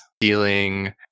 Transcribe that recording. dealing